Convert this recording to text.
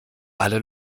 alle